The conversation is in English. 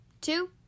Two